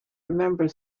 remember